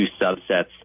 subsets